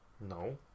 no